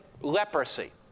leprosy